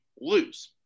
lose